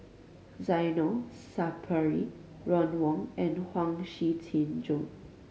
Zainal Sapari Ron Wong and Huang Shiqi Joan